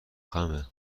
خمه